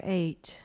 eight